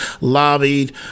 lobbied